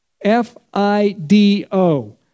F-I-D-O